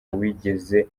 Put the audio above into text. wigeze